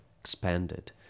expanded